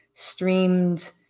streamed